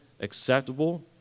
acceptable